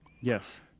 Yes